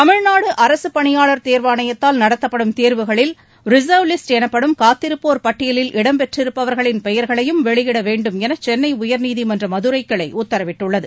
தமிழ்நாடு அரசு பணியாளா் தேர்வாணையத்தால் நடத்தப்படும் தேர்வுகளில் ரிச்வ் லிஸ்ட் எனப்படும் காத்திருப்போர் பட்டியலில் இடம்பெற்றிருப்பவர்களின் பெயர்களையும் வெளியிட வேண்டும் என சென்னை உயர்நீதிமன்ற மதுரை கிளை உத்தரவிட்டுள்ளது